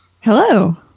Hello